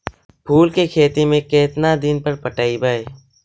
फूल के खेती में केतना दिन पर पटइबै?